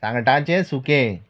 सांगटाचे सुकें